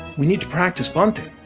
we need to practice bunting